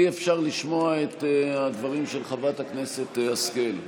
אי-אפשר לשמוע את הדברים של חברת הכנסת השכל.